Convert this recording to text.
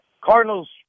Cardinals